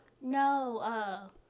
No